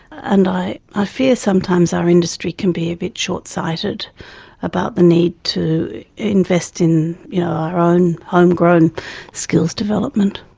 and i i fear sometimes our industry can be a bit short-sighted about the need to invest in you know our own home-grown skills development.